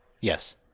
Yes